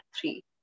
three